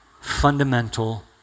fundamental